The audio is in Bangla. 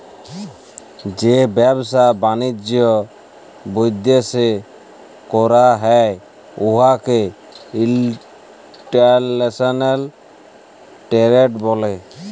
যে ব্যবসা বালিজ্য বিদ্যাশে ক্যরা হ্যয় উয়াকে ইলটারল্যাশলাল টেরেড ব্যলে